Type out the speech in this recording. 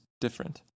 different